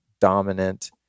dominant